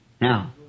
Now